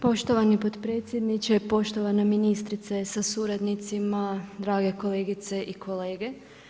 Poštovani potpredsjedniče, poštovana ministrice sa suradnicima, drage kolegice i kolege.